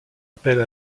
appel